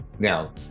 Now